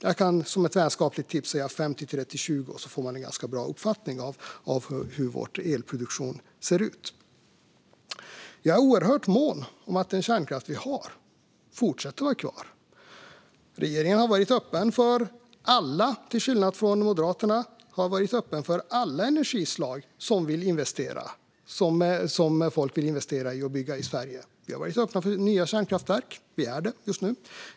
Jag kan, som ett vänskapligt tips, säga 50, 30, 20 - då får man en ganska bra uppfattning om hur Sveriges elproduktion ser ur. Jag är oerhört mån om att den kärnkraft vi har blir kvar. Regeringen har, till skillnad från Moderaterna, varit öppen för alla energislag som folk vill investera i och bygga i Sverige. Vi har varit öppna för nya kärnkraftverk, och vi är det just nu.